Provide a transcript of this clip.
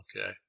Okay